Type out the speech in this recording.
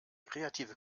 kreative